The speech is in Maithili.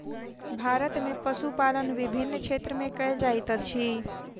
भारत में पशुपालन विभिन्न क्षेत्र में कयल जाइत अछि